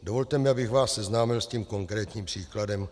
Dovolte mi, abych vás seznámil s tím konkrétním příkladem.